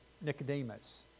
Nicodemus